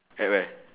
at where